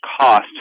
cost